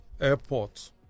airport